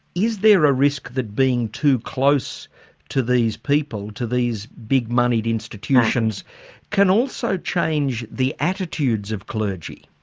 is there a risk that being too close to these people, to these big-moneyed institutions can also change the attitudes of clergy?